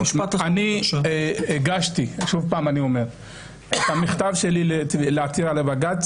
הגשתי את המכתב שלי לעתירה לבג"ץ.